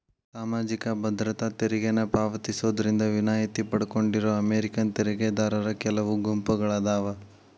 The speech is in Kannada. ಸಾಮಾಜಿಕ ಭದ್ರತಾ ತೆರಿಗೆನ ಪಾವತಿಸೋದ್ರಿಂದ ವಿನಾಯಿತಿ ಪಡ್ಕೊಂಡಿರೋ ಅಮೇರಿಕನ್ ತೆರಿಗೆದಾರರ ಕೆಲವು ಗುಂಪುಗಳಾದಾವ